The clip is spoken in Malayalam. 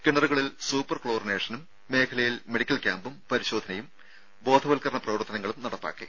കിണറുകളിൽ സൂപ്പർ ക്ലോറിനേഷനും മേഖലയിൽ മെഡിക്കൽ ക്യാമ്പും പരിശോധനയും ബോധവൽക്കരണ പ്രവർത്തനങ്ങളും നടപ്പാക്കി